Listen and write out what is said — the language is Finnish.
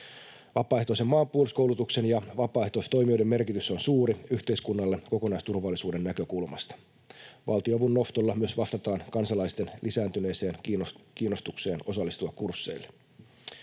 Vapaaehtoisen maanpuolustuskoulutuksen ja vapaaehtoistoimijoiden merkitys on suuri yhteiskunnalle kokonaisturvallisuuden näkökulmasta. Valtionavun nostolla myös vastataan kansalaisten lisääntyneeseen kiinnostukseen osallistua kursseille.